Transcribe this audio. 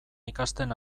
ikasten